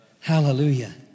Hallelujah